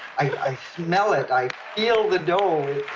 i smell it, i feel the dough.